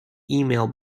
email